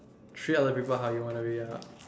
treat other people how you want to be ah